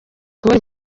kubona